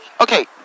Okay